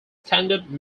standard